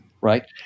right